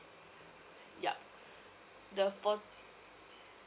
ya the phone